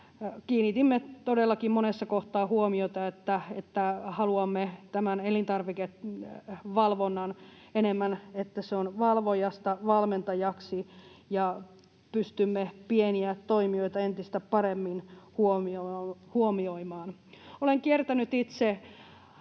kiinnitimme todellakin monessa kohtaa huomiota siihen, että haluamme tämän elintarvikevalvonnan enemmän valvojasta valmentajaksi ja pystymme pieniä toimijoita entistä paremmin huomioimaan. Olen kiertänyt itse